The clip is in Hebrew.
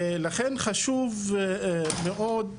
ולכן חשוב מאוד,